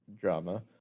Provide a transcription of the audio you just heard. drama